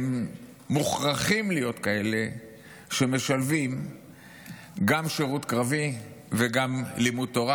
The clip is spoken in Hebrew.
מוכרחים להיות כאלה שמשלבים גם שירות קרבי וגם לימוד תורה.